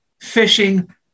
fishing